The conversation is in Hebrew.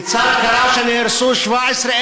בגלל ה"חמאס".